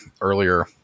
earlier